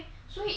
because